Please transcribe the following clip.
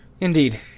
Indeed